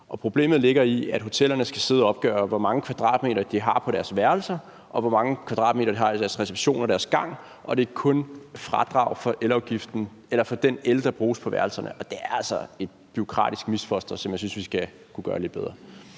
Problemet ligger i, at hotellerne skal sidde og opgøre, hvor mange kvadratmeter de har på deres værelser, og hvor mange kvadratmeter de har i deres reception og deres gang, og der er kun fradrag for den el, der bruges på værelserne. Det er altså et bureaukratisk misfoster, og jeg synes, vi skal kunne gøre det lidt bedre.